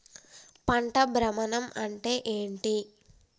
పంట భ్రమణం అంటే ఏంటి?